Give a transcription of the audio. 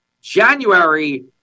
January